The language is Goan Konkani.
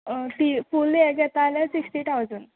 फूल हें घेता जाल्यार सिक्श्टी थावजंड